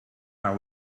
are